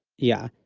yeah.